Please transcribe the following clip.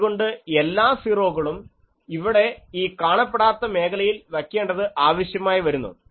അതുകൊണ്ട് എല്ലാ സീറോകളും ഇവിടെ ഈ കാണപ്പെടാത്ത മേഖലയിൽ വയ്ക്കേണ്ടത് ആവശ്യമായി വരുന്നു